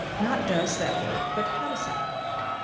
not does that work? but how does that work?